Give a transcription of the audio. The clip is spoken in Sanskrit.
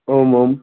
ओम् ओम्